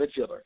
midfielder